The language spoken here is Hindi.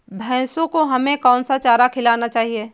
भैंसों को हमें कौन सा चारा खिलाना चाहिए?